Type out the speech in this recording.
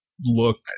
Look